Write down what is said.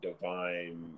divine